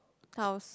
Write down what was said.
house